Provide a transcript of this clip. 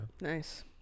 Nice